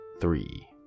Three